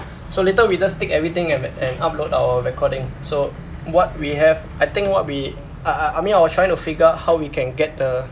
so later we just take everything an~ and upload our recording so what we have I think what we i~ I mean I was trying to figure out how we can get the